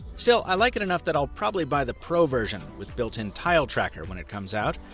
still, i like it enough that i'll probably buy the pro version with built in tile tracker when it comes out,